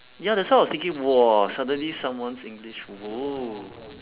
ya that's why I was thinking !wah! suddenly someone's english !whoa!